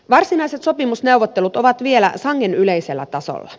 varsinaiset sopimusneuvottelut ovat vielä sangen yleisellä tasolla